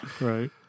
Right